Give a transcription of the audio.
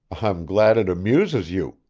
i'm glad it amuses you,